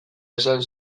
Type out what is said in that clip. esan